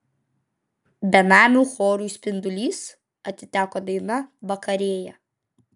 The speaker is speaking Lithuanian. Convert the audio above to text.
benamių chorui spindulys atiteko daina vakarėja